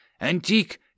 Antique